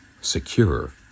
Secure